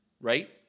right